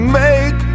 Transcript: make